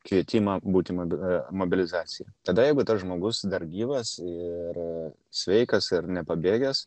kvietimą būti mobi mobilizacijoj tada jeigu tas žmogus dar gyvas ir sveikas ir nepabėgęs